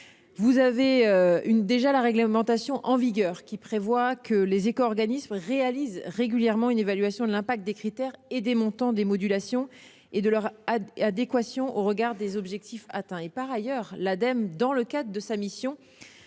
vous exposer. La réglementation en vigueur prévoit que les éco-organismes réalisent régulièrement une évaluation de l'impact des critères, des montants des modulations et de leur adéquation au regard des objectifs atteints. Par ailleurs, l'Agence de l'environnement